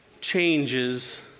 changes